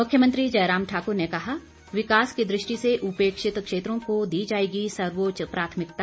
मुख्यमंत्री जयराम ठाक्र ने कहा विकास की दृष्टि से उपेक्षित क्षेत्रों को दी जाएगी सर्वोच्च प्राथमिकता